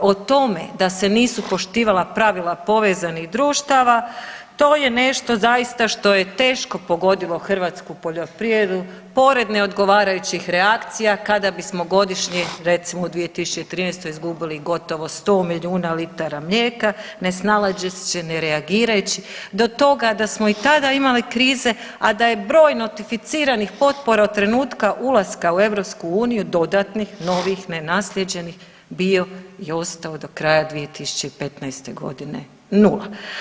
O tome da se nisu poštivala pravila povezanih društava to je nešto zaista što je teško pogodilo hrvatsku poljoprivredu pored neodgovarajućih reakcija kada bismo godišnje recimo u 2013. izgubili gotovo sto milijuna litara mlijeka, ne snalazeći se, ne reagirajući do toga da smo i tada imali krize, a da je broj notificiranih potpora od trenutka ulaska u EU dodatnih, novih, nenaslijeđenih bio i ostao do kraja 2015. godine nula.